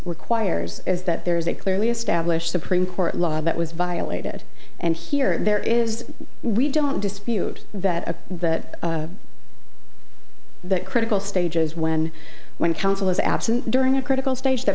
requires is that there is a clearly established supreme court law that was violated and here there is we don't dispute that that a that critical stage is when when counsel is absent during a critical stage that